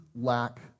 lack